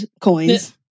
coins